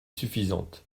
suffisante